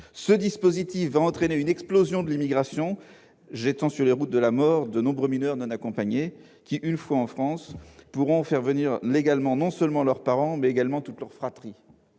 Ce dispositif va entraîner une explosion de l'immigration, jetant sur les routes de la mort de nombreux mineurs non accompagnés qui, une fois en France, pourront faire venir légalement non seulement leurs parents, mais également toute leur fratrie.